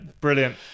brilliant